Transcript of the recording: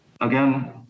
again